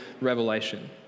Revelation